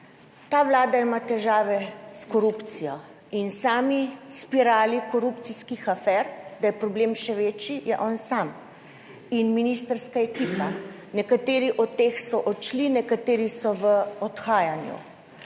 ta Vlada ima težave s korupcijo in sami spirali korupcijskih afer. Da je problem še večji, je on sam in ministrska ekipa, nekateri od teh so odšli, nekateri so v odhajanju.